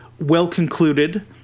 well-concluded